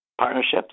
partnerships